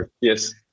Yes